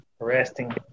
Resting